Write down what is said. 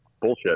bullshit